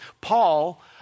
Paul